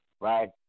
right